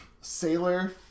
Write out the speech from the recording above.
sailor